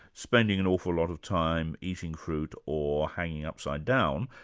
spending an awful lot of time eating fruit or hanging upside down,